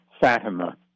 Fatima